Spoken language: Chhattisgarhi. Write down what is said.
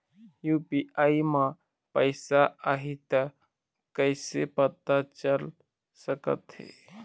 यू.पी.आई म पैसा आही त कइसे पता चल सकत हे?